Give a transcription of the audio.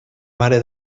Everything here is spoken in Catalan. mare